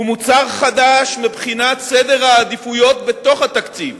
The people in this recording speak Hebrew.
הוא מוצר חדש מבחינת סדר העדיפויות בתוך התקציב,